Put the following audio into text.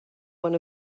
one